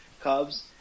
Cubs